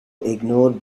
ignored